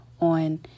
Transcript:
on